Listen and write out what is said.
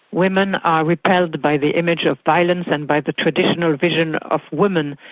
women are repelled by the image of violence and by the traditional vision of women.